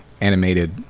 animated